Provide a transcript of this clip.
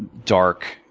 dark,